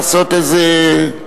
לעשות איזה,